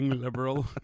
liberal